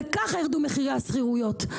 וככה ירדו מחירי השכירויות.